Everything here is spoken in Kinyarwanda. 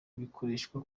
tubikoresha